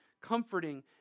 comforting